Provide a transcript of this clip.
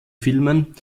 filmen